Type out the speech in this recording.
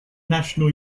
national